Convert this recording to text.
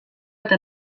eta